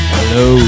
Hello